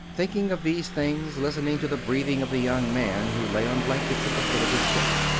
thinking of these things, listening to the breathing of the young man who lay on blankets at the foot of his bed.